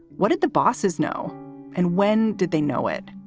what did the bosses know and when did they know it?